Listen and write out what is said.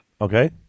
Okay